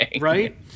right